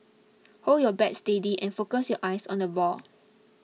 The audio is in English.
hold your bat steady and focus your eyes on the ball